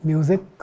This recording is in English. Music